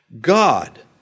God